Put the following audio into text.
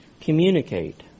communicate